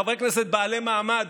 חברי כנסת בעלי מעמד,